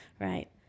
right